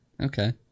okay